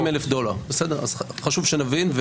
עם 40 אלף דולר, אז חשוב שנבין.